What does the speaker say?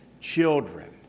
children